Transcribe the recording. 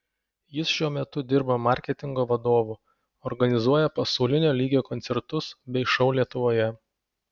jis šiuo metu dirba marketingo vadovu organizuoja pasaulinio lygio koncertus bei šou lietuvoje